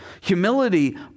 humility